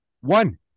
One